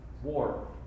War